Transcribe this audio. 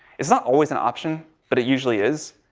it's not always an option, but it usually is,